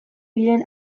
diren